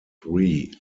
three